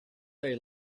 they